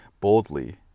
boldly